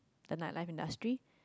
the night life industry